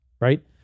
right